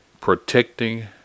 Protecting